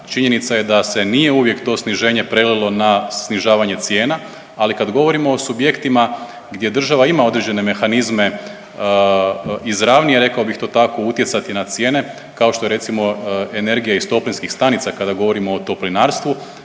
činjenica je da se nije uvijek to sniženje prelilo na snižavanje cijena, ali kad govorimo o subjektima gdje država ima određene mehanizme izravnije rekao bih to tako utjecati na cijene kao što je recimo energija iz toplinskih stanica kada govorimo o Toplinarstvu